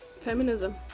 Feminism